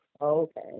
okay